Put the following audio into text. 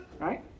right